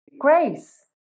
Grace